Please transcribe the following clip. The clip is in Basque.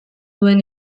duen